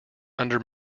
under